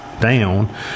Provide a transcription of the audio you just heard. down